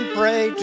pray